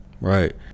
right